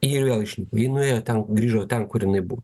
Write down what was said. ji ir vėl išnyko ji nuėjo ten grįžo ten kur jinai buvo